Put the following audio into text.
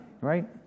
Right